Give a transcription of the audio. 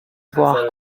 voir